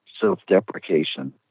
self-deprecation